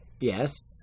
Yes